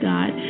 God